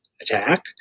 attack